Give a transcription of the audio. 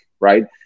right